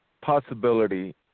possibility